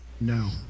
No